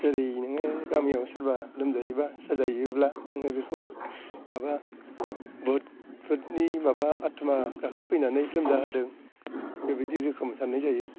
जेरै नोङो गामियाव सोरबा लोमजायोबा साजायोबा नोङो बिखौ माबा भुतफोरनि माबा आतमा गाखोफैनानै लोमजाहोदों बेबादि रोखोमनि साननाय जायो